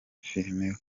filime